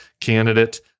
candidate